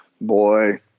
boy